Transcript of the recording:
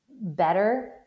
better